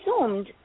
assumed